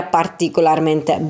particolarmente